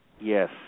Yes